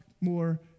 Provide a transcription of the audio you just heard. more